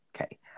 okay